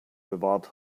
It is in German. bewahrt